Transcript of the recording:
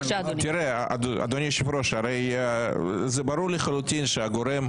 אדוני היושב ראש, הרי זה ברור לחלוטין שהגורם